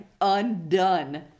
undone